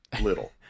Little